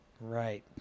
Right